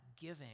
giving